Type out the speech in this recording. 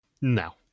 No